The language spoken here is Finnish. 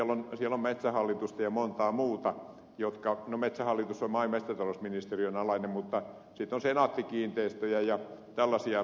siellä on metsähallitusta ja montaa muuta no metsähallitus on maa ja metsätalousministeriön alainen mutta sitten on senaatti kiinteistöjä ja tällaisia